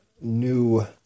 new